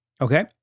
Okay